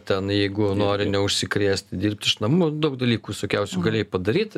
ten jeigu nori neužsikrėst dirbti iš namų daug dalykų visokiausių galėjai padaryt